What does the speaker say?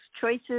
choices